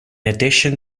addition